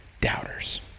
doubters